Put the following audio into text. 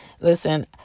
Listen